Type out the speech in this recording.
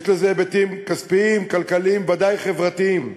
יש לזה היבטים כספיים, כלכליים, ודאי חברתיים.